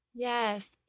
Yes